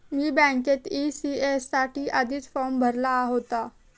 मी बँकेत ई.सी.एस साठी आधीच फॉर्म भरला होता